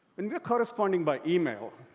and we're corresponding by email,